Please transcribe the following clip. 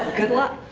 good luck.